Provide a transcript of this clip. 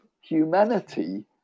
humanity